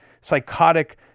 psychotic